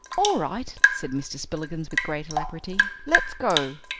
all right, said mr. spillikins with great alacrity, let's go.